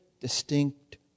distinct